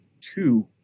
two